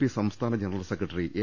P സംസ്ഥാന general secretary M